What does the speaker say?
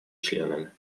членами